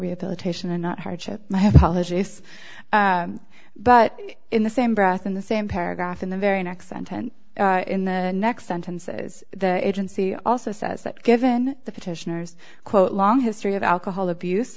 rehabilitation and not hardship i have apologise but in the same breath in the same paragraph in the very next sentence in the next sentences the agency also says that given the petitioners quote long history of alcohol abuse